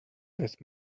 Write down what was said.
that